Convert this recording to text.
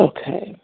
Okay